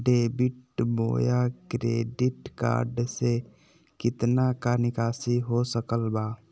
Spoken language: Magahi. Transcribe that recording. डेबिट बोया क्रेडिट कार्ड से कितना का निकासी हो सकल बा?